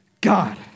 God